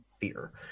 fear